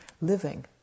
living